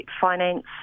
finance